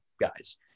guys